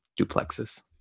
duplexes